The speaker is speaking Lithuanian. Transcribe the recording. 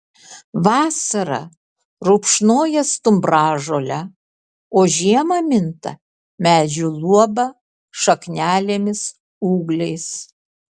vasarą rupšnoja stumbražolę o žiemą minta medžių luoba šaknelėmis ūgliais